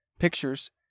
pictures